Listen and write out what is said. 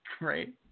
Right